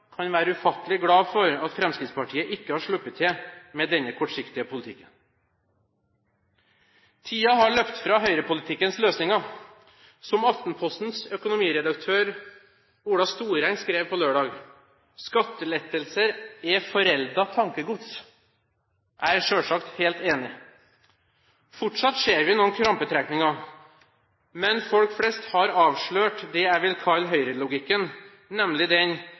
kan være ufattelig glade for at Fremskrittspartiet ikke har sluppet til med denne kortsiktige politikken. Tiden har løpt fra høyrepolitikkens løsninger. Som Aftenpostens økonomiredaktør, Ola Storeng, skrev på lørdag: «Skattelettelser er foreldet tankegods.» Jeg er selvsagt helt enig. Fortsatt ser vi noen krampetrekninger, men folk flest har avslørt det jeg vil kalle høyrelogikken, nemlig den